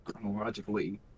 chronologically